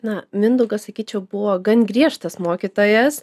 na mindaugas sakyčiau buvo gan griežtas mokytojas